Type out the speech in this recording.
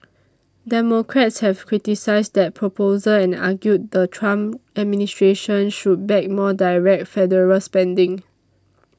democrats have criticised that proposal and argued the Trump administration should back more direct federal spending